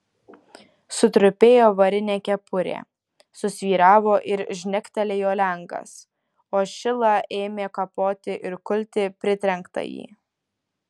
sutrupėjo varinė kepurė susvyravo ir žnektelėjo lenkas o šila ėmė kapoti ir kulti pritrenktąjį